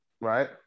right